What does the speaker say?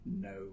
no